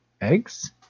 eggs